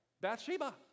Bathsheba